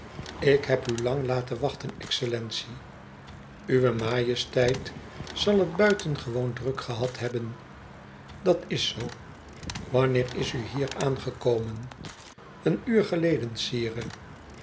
ik heb u lang laten wachten excellentie uwe majesteit zal het buitengewoon druk gehad hebben dat is zoo wanneer is u hier aangekomen een uur geleden sire